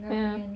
ya